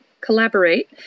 collaborate